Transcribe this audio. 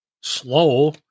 slow